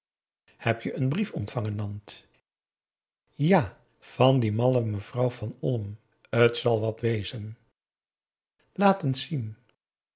heb je n brief ontvangen nant ja van die malle mevrouw van olm t zal wat wezen laat eens zien